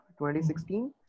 2016